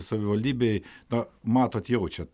savivaldybėj tą matot jaučiat